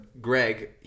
Greg